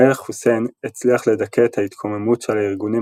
המלך חוסיין הצליח לדכא את ההתקוממות של הארגונים